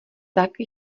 tak